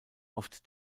oft